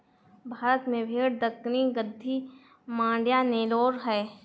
भारत में भेड़ दक्कनी, गद्दी, मांड्या, नेलोर है